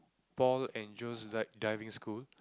Paul and Jones dive Diving School